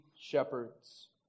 shepherds